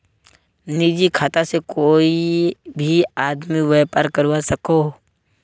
निजी खाता से कोए भी आदमी व्यापार करवा सकोहो